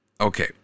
okay